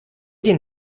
den